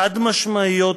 חד-משמעיות,